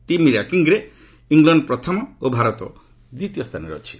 team ର୍ୟାଙ୍କିଙ୍ଗ୍ରେ England ପ୍ରଥମ ଓ ଭାରତ ଦ୍ୱିତୀୟ ସ୍ଥାନରେ ଅଛି